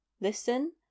listen